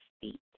feet